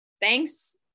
thanks